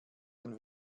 den